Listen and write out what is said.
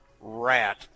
Rat